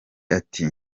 ati